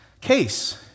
case